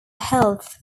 health